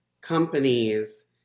companies